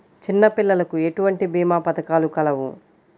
చిన్నపిల్లలకు ఎటువంటి భీమా పథకాలు కలవు?